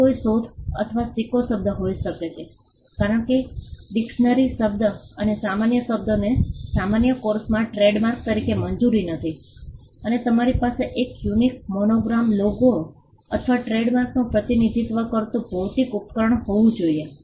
તે કોઈ શોધ અથવા સિક્કો શબ્દ હોઈ શકે છે કારણ કે ડિક્શનરી શબ્દ અને સામાન્ય શબ્દોને સામાન્ય કોર્સમાં ટ્રેડમાર્ક તરીકે મંજૂરી નથી અને તમારી પાસે એક યુનિક મોનોગ્રામ લોગો અથવા ટ્રેડમાર્કનું પ્રતિનિધિત્વ કરતું ભૌમિતિક ઉપકરણ હોવુ જોઈએ